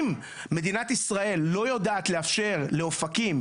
אם מדינת ישראל לא יודעת לאפשר לאופקים,